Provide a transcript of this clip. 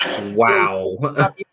wow